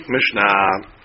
Mishnah